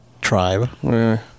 tribe